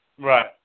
Right